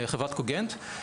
חברת קוגנט,